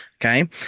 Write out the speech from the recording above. Okay